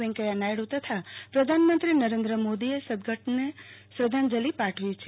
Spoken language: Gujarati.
વૈંકયાનાયડ઼ તથા પ્રધાનમંત્રી નરેન્દ્ર મોદીએ સદગતને શ્રધ્ધાંજલિ પાઠવી છે